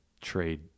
trade